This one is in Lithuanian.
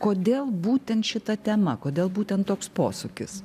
kodėl būtent šita tema kodėl būtent toks posūkis